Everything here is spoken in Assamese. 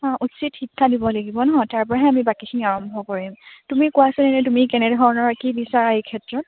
অঁ উচিত শিক্ষা দিব লাগিব নহ্ তাৰ পৰাহে আমি বাকীখিনি আৰম্ভ কৰিম তুমি কোৱাছোন এনেই তুমি কেনেধৰণৰ কি বিচাৰা এই ক্ষেত্ৰত